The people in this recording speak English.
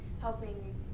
helping